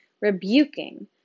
rebuking